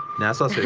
nasa?